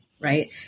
right